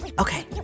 Okay